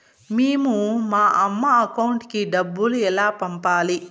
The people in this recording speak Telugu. మేము మా అమ్మ అకౌంట్ కి డబ్బులు ఎలా పంపాలి